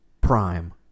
Prime